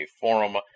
forum